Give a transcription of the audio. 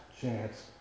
chance